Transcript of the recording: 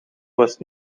was